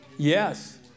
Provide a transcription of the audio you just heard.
Yes